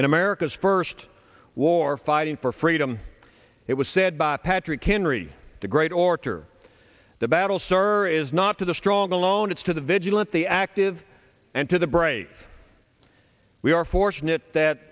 in america's first war fighting for freedom it was said by patrick henry the great orator the battle sir is not to the strong alone it's to the vigilant the active and to the brave we are fortunate that